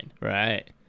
right